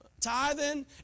tithing